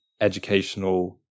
educational